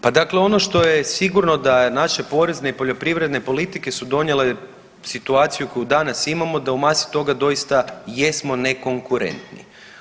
Pa dakle, ono što je sigurno da je naše porezne i poljoprivredne politike su donijele situaciju koju danas imamo da u masi toga doista jesmo nekonkurentni.